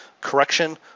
correction